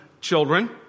children